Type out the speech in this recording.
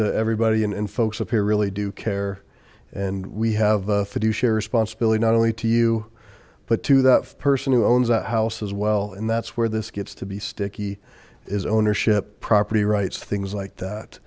to everybody and folks up here really do care and we have a fiduciary responsibility not only to you but to that person who owns that house as well and that's where this gets to be sticky is ownership property rights things like that